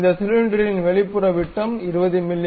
இந்த சிலிண்டரின் வெளிப்புற விட்டம் 20 மி